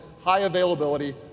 high-availability